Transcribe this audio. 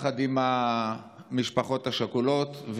בצער של המשפחות השכולות,